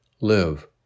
Live